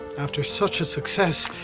after such a success,